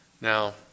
Now